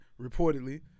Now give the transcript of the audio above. reportedly